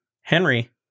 Henry